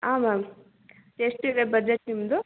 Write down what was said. ಹಾಂ ಮ್ಯಾಮ್ ಎಷ್ಟು ಇದೆ ಬಜೆಟ್ ನಿಮ್ದು